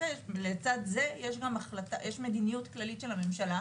לצד זה יש מדיניות כללית של הממשלה,